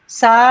sa